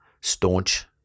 staunch